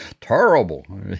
terrible